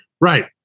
Right